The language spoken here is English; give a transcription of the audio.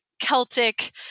Celtic